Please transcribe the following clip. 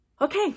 Okay